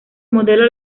modelo